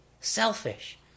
selfish